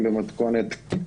אדוני.